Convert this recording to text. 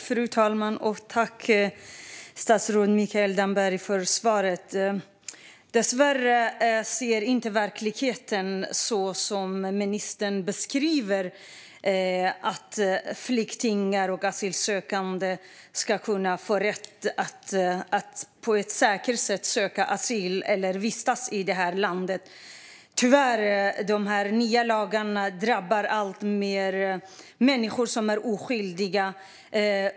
Fru talman! Jag tackar statsrådet Mikael Damberg för svaret. Dessvärre ser inte verkligheten ut så som ministern beskriver: att flyktingar och asylsökande ska kunna få rätt att på ett säkert sätt söka asyl eller vistas i det här landet. Tyvärr drabbar de här nya lagarna alltmer människor som är oskyldiga.